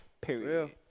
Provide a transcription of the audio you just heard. period